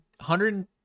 hundred